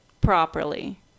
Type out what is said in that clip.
properly